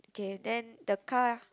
k then the car